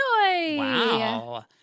Wow